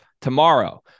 tomorrow